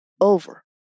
over